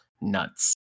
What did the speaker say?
Nuts